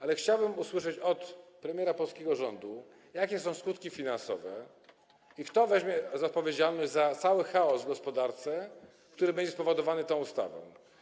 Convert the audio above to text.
Ale chciałbym usłyszeć od premiera polskiego rządu, jakie są skutki finansowe i kto weźmie odpowiedzialność za cały chaos w gospodarce, który będzie spowodowany tą ustawą?